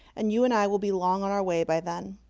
and you and i will be long on our way by then.